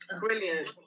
Brilliant